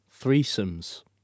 threesomes